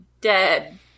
dead